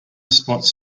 spots